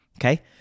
Okay